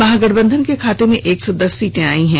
महागठबंधन के खाते में एक सौ दस सीटें आई हैं